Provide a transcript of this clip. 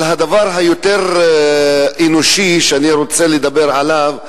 אבל הדבר היותר אנושי שאני רוצה לדבר עליו,